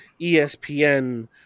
ESPN